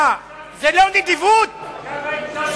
כמה אפשר לשטות בנו?